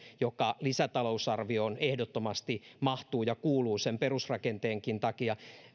joka lisätalousarvioon ehdottomasti mahtuu ja kuuluu sen perusrakenteenkin takia